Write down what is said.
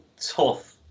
tough